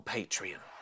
Patreon